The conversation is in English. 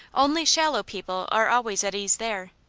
only shallow people are always at ease there.